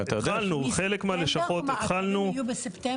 התחלנו לזמן בחלק מהלשכות, שוב,